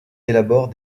élabore